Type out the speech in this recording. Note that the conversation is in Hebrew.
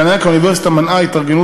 הטענה כי האוניברסיטה מנעה התארגנות